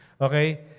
Okay